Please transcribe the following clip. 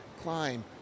climb